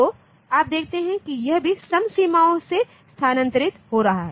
तो आप देखते हैं कि यह भी सम सीमाओं से स्थानांतरित हो रहा है